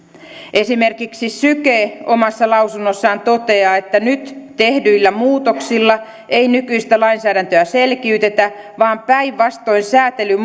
esimerkiksi syke omassa lausunnossaan toteaa että nyt tehdyillä muutoksilla ei nykyistä lainsäädäntöä selkiytetä vaan päinvastoin säätely